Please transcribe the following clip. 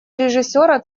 режиссера